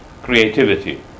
Creativity